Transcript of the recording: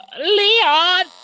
Leon